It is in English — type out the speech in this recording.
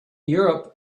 europe